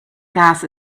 gas